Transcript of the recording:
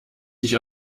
dich